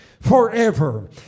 forever